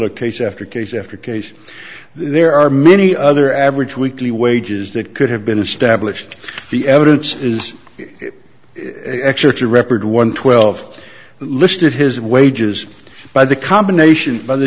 scintilla case after case after case there are many other average weekly wages that could have been established the evidence is to record one twelve listed his wages by the combination by the